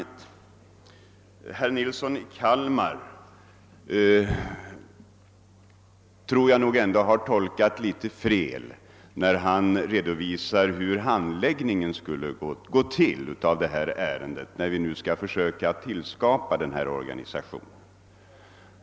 Jag tror nog att herr Nilsson i Kalmar har tolkat propositionen fel, när han redovisade hur handläggningen vid tillskapande av denna organisation skulle gå till.